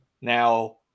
Now